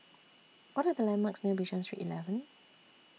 What Are The landmarks near Bishan Street eleven